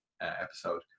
episode